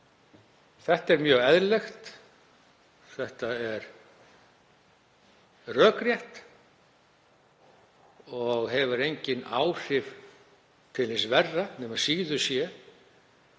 Þetta er mjög eðlilegt. Þetta er rökrétt og hefur engin áhrif til hins verra, nema síður sé,